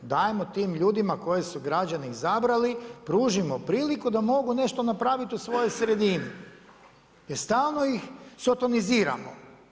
Dajmo tim ljudima koji su građane izabrali, pružimo priliku da mogu nešto napraviti u svojoj sredini jer stalno ih sotoniziramo.